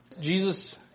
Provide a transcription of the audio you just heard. Jesus